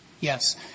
Yes